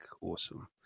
awesome